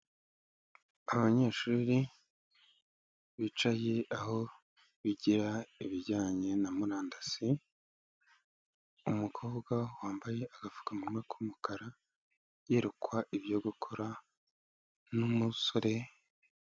Abanyeshuri bicaye aho bigira ibijyanye na murandasi, umukobwa wambaye agafukamunwa k'umukara yerekwa ibyo gukora n'umusore.